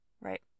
right